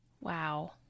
Wow